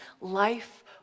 life